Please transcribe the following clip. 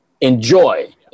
Enjoy